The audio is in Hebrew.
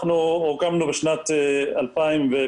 אנחנו הוקמנו בשלהי